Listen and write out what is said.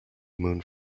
moon